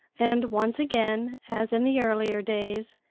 and once again, as in the earlier days,